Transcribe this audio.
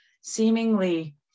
seemingly